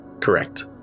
Correct